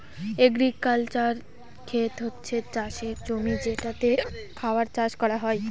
agricultural খেত হচ্ছে চাষের জমি যেটাতে খাবার চাষ করা হয়